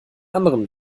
anderen